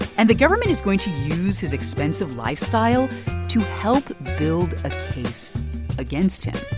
and the government is going to use his expensive lifestyle to help build a case against him.